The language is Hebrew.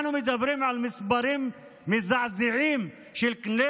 אנחנו מדברים על מספרים מזעזעים של כלי